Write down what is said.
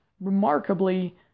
remarkably